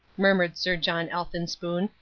murmured sir john elphinspoon,